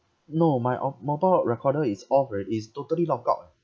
no my of mobile recorder is off already it's totally logged out eh